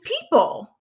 people